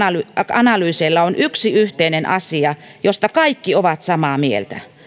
analyyseilla on yksi yhteinen asia josta kaikki ovat samaa mieltä